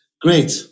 great